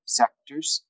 sectors